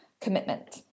commitment